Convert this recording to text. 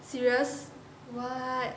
serious why